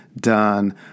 done